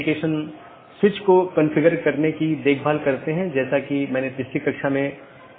या एक विशेष पथ को अमान्य चिह्नित करके अन्य साथियों को विज्ञापित किया जाता है